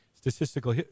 statistical